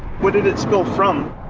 what did it spill from?